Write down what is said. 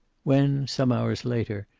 when, some hours later,